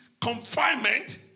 confinement